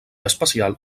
especial